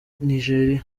nigeriya